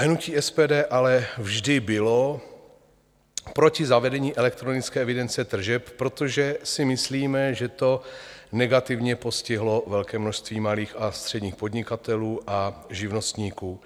Hnutí SPD ale vždy bylo proti zavedení elektronické evidence tržeb, protože si myslíme, že to negativně postihlo velké množství malých a středních podnikatelů a živnostníků.